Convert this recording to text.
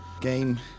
Game